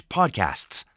podcasts